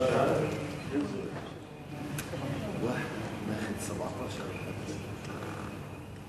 1. מתי תבוצע בדיקת היתכנות להכרזה על נצרת